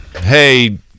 Hey